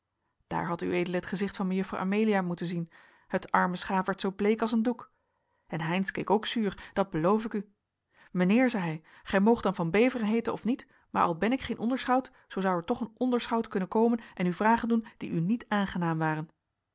daar had ued het gezicht van mejuffer amelia moeten zien het arme schaap werd zoo bleek als een doek en heynsz keek ook zuur dat beloof ik u mijnheer zei hij gij moogt dan van beveren heeten of niet maar al ben ik geen onderschout zoo zou er toch een onderschout kunnen komen en u vragen doen die u niet aangenaam waren